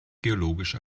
geologisch